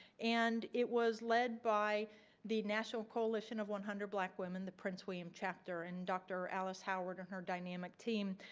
and it was led by the national coalition of one hundred black women the prince william chapter and dr. alice howard and her dynamic team.